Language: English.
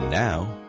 Now